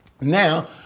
Now